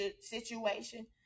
situation